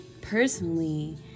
personally